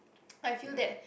I feel that